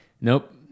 nope